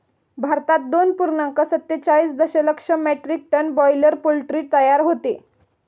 भारतात दोन पूर्णांक सत्तेचाळीस दशलक्ष मेट्रिक टन बॉयलर पोल्ट्री तयार होते